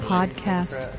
Podcast